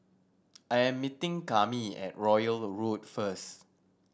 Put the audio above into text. I am meeting Kami at Royal Road first